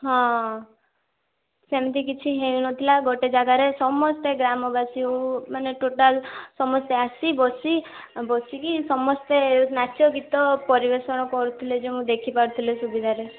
ହଁ ସେମିତି କିଛି ହେଇନଥିଲା ଗୋଟେ ଜାଗାରେ ସମସ୍ତେ ଗ୍ରାମବାସୀ ହଉ ମାନେ ଟୋଟାଲ୍ ସମସ୍ତେ ଆସି ବସି ବସିକି ସମସ୍ତେ ନାଚଗୀତ ପରିବେଷଣ କରୁଥିଲେ ଯେଉଁ ଦେଖି ପାରୁଥିଲେ ସୁବିଧାରେ